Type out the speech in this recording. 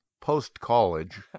post-college